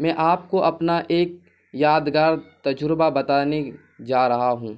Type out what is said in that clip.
میں آپ کو اپنا ایک یادگار تجربہ بتانے جا رہا ہوں